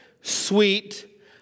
sweet